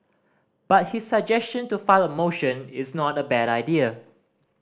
but his suggestion to file a motion is not a bad idea